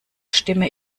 stimme